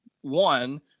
One